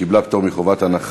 התשע"ה 2015,